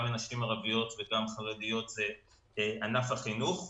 לנשים ערביות וגם לנשים חרדיות זה ענף החינוך.